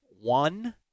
one